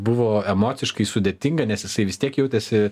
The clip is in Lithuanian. buvo emociškai sudėtinga nes jisai vis tiek jautėsi